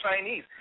Chinese